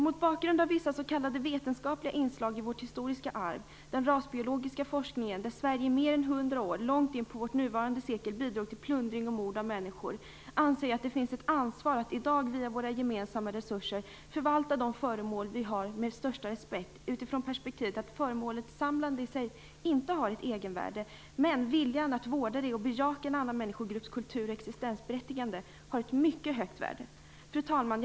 Mot bakgrund av vissa s.k. vetenskapliga inslag i vårt historiska arv, den rasbiologiska forskningen, där Sverige i mer än hundra år, långt in på vårt nuvarande sekel, bidrog till plundring och mord av människor, anser jag att det finns ett ansvar att i dag via våra gemensamma resurser förvalta de föremål vi har med största respekt, utifrån perspektivet att föremålssamlande i sig inte har ett egenvärde, men att viljan att vårda föremål och bejaka en annan människogrupps kultur och existensberättigande har ett mycket högt värde. Fru talman!